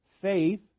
faith